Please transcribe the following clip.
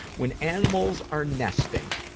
when animals are nesting.